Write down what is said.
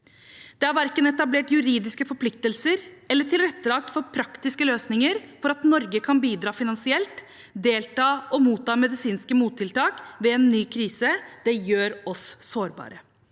Det er verken etablert juridiske forpliktelser eller tilrettelagt for praktiske løsninger for at Norge skal kunne bidra finansielt, delta og motta medisinske mottiltak ved en ny krise. Det gjør oss sårbare.